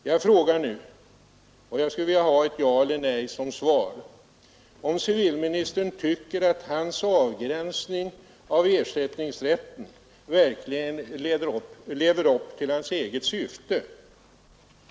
Jag frågar nu, och jag skulle vilja ha ett ja eller nej som svar: Tycker civilministern att hans avgränsning av ersättningsrätten verkligen leder till hans eget syfte?